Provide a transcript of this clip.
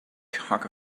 cock